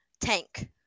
tank